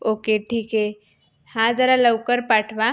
okay ठीक आहे हां जरा लवकर पाठवा